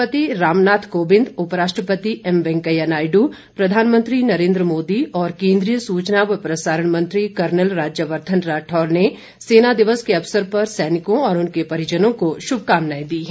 राष्ट्रपति रामनाथ कोविंद उपराष्ट्रपति एमवेंकैया नायडू प्रधानमंत्री नरेन्द्र मोदी और केन्द्रीय सूचना व प्रसारण मंत्री कर्नल राज्य वर्धन राठौड़ ने सेना दिवस के अवसर पर सैनिकों और उनके परिजनों को शुभकामनाएं दी हैं